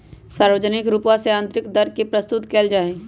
सार्वजनिक रूपवा से आन्तरिक दर के प्रस्तुत कइल जाहई